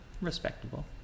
respectable